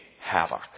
havoc